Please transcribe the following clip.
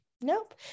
Nope